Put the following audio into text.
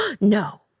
No